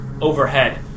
overhead